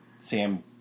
Sam